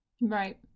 Right